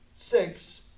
six